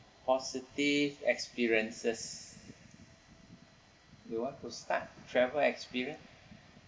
positive experiences you want to start travel experience